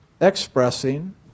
expressing